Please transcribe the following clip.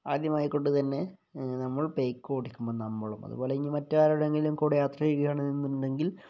ആദ്യമായിക്കൊണ്ട് തന്നെ നമ്മൾ ബൈക്ക് ഓടിക്കുമ്പോൾ നമ്മളും അതുപോലെ ഇനി മറ്റ് ആരുടെയെങ്കിലും കൂടെ യാത്ര ചെയ്യുകയാണെന്നുണ്ടെങ്കിൽ